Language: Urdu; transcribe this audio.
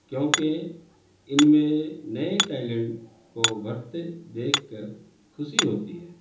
کیونکہ ان میں نئے ٹیلنٹ کو بھرتے دیکھ کر خوشی ہوتی ہے